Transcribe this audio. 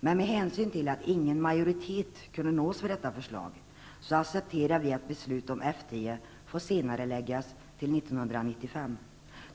Men med hänsyn till att ingen majoritet kunde nås för detta förslag, accepterar vi att beslut om F 10 får senareläggas till 1995.